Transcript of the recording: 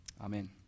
Amen